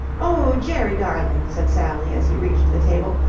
oh, jerry darling, said sally, as he reached the table,